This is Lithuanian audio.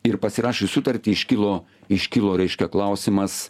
ir pasirašius sutartį iškilo iškilo reiškia klausimas